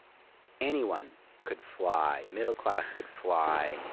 anyone could fly, middle class could fly,